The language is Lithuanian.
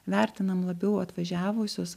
vertinam labiau atvažiavusius